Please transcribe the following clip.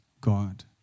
God